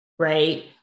Right